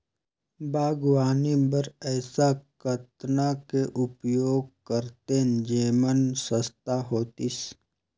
बागवानी बर ऐसा कतना के उपयोग करतेन जेमन सस्ता होतीस?